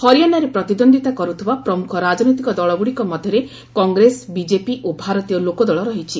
ହରିୟାଣାରେ ପ୍ରତିଦ୍ୱନ୍ଦିତା କରୁଥବା ପ୍ରମୁଖ ରାଜନୈତିକ ଦଳଗୁଡ଼ିକ ମଧ୍ୟରେ କଂଗ୍ରେସ ବିଜେପି ଓ ଭାରତୀୟ ଲୋକଦଳ ରହିଛି